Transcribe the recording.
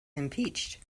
impeached